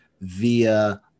via